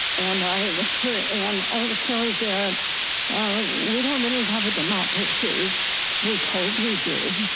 and i heard and also that ah ah we don't really have a democracy we're told we do,